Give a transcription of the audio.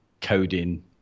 coding